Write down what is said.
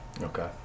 Okay